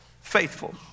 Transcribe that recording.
faithful